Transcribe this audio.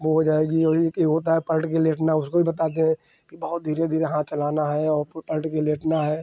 वह हो जाएगी और एक यह होता है पलटकर लेटना उसको भी बताते हैं कि बहुत धीरे धीरे हाथ चलाना है और पलटकर लेटना है